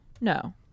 No